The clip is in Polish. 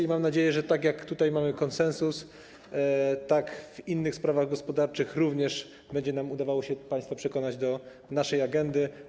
I mam nadzieję, że tak jak tutaj mamy konsensus, tak w innych sprawach gospodarczych również będzie nam udawało się państwa przekonać do naszej agendy.